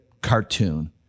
cartoon